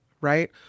right